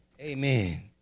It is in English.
Amen